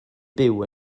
byw